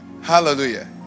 Hallelujah